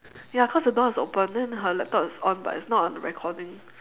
ya cause the door is open then her laptop is on but it's not on recording